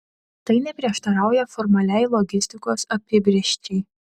tai neprieštarauja formaliai logistikos apibrėžčiai